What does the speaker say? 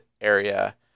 area